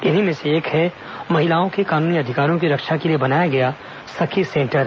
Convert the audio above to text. इन्हीं में से एक हैं महिलाओं के कानूनी अधिकारों की रक्षा के लिए बनाया गया सखी सेंटर